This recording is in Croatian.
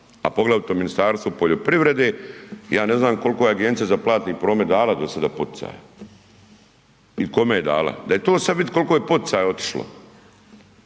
a poglavito Ministarstvu poljoprivrede. Ja ne znam koliko je Agencija za platni promet dala do sada poticaja i kome je dala, da je to sad vidjeti koliko je poticaja otišlo